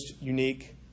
unique